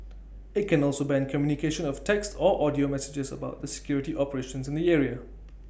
IT can also ban communication of text or audio messages about the security operations in the area